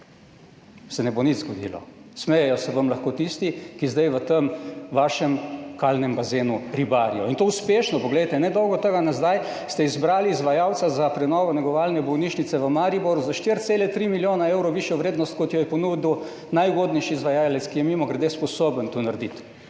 se ne bo nič zgodilo, smejejo se vam lahko tisti, ki zdaj v tem vašem kalnem bazenu ribarijo in to uspešno. Poglejte, nedolgo tega nazaj ste izbrali izvajalca za prenovo negovalne bolnišnice v Mariboru, za 4,3 milijone evrov višjo vrednost, kot jo je ponudil najugodnejši izvajalec, ki je mimogrede sposoben to narediti,